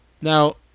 Now